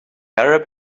arab